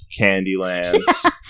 Candyland